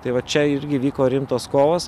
tai va čia irgi vyko rimtos kovos